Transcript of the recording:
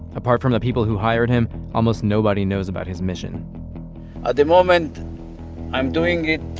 apart from the people who hired him, almost nobody knows about his mission at the moment i am doing it,